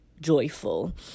joyful